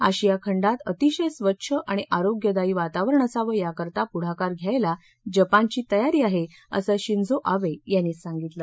आशिया खंडात अतिशय स्वच्छ आणि आरोग्यदायी वातावरण असावं याकरता पुढाकार घ्यायला जपानची तयारी आहे असं शिंझो आबे यांनी सांगितलं